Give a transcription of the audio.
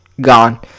gone